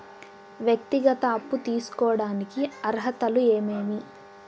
వ్యక్తిగత అప్పు తీసుకోడానికి అర్హతలు ఏమేమి